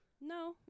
No